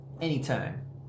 Anytime